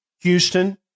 Houston